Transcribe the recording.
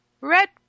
red